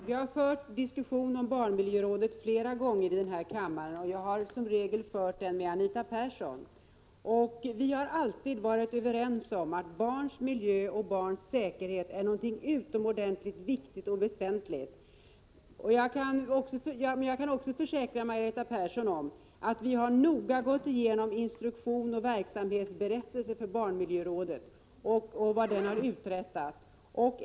Herr talman! Vi har fört diskussioner om barnmiljörådet flera gånger här i kammaren, och jag har som regel fört dem med Anita Persson. Vi har alltid varit överens om att barns miljö och barns säkerhet är någonting utomordentligt väsentligt. Jag kan också försäkra Margareta Persson att vi noga har gått igenom instruktion och verksamhetsberättelse för barnmiljörådet och sett vad rådet har uträttat.